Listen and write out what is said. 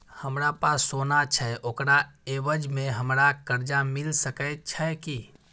हमरा पास सोना छै ओकरा एवज में हमरा कर्जा मिल सके छै की?